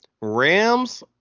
Rams